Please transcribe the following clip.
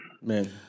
Man